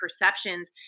perceptions